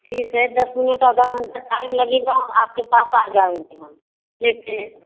ठीक है दस मिनट आधा घंटा टाइम लगेगा हम आपके पास आ जाएँगे हम ले कर